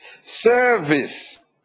service